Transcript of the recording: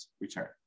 return